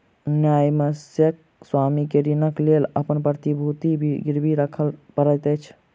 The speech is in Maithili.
न्यायसम्यक स्वामी के ऋणक लेल अपन प्रतिभूति गिरवी राखअ पड़ैत अछि